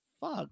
fuck